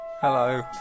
hello